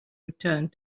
returned